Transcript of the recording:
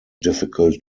difficult